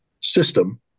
system